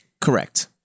Correct